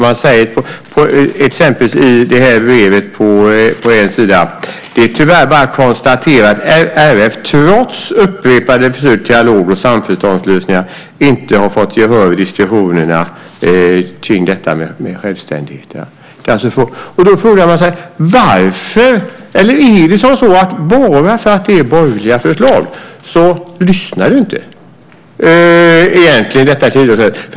Man säger exempelvis: Det är tyvärr bara att konstatera att RF trots upprepade försök till dialog och samförståndslösningar inte har fått gehör vid diskussionerna kring detta med självständigheten. Då frågar man sig varför. Är det så att bara för att det är borgerliga förslag så lyssnar du inte?